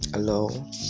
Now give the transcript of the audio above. hello